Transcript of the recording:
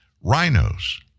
Rhinos